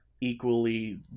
equally